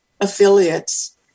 affiliates